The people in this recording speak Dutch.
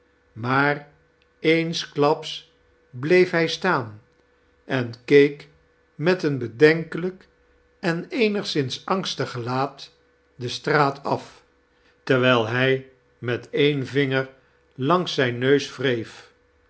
maar eensklaps bleef hij staan en keek met een bedenkelijk en eenigszins angstig gelaat de straat af terwijl hij met een vinger langs zijn neus wreef